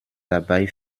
dabei